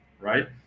Right